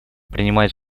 принимает